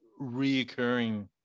reoccurring